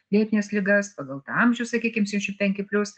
lėtines ligas pagal tą amžių sakykim septyniasdešimt penki plius